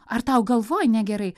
ar tau galvoj negerai